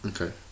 Okay